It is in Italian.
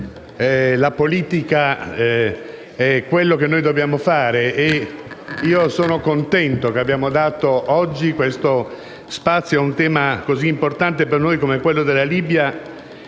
la politica, è quello che noi dobbiamo fare. Sono contento che abbiamo dato oggi spazio a un tema così importante per noi come quello della Libia